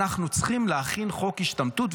אנחנו צריכים להכין חוק השתמטות,